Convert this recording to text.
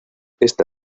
esta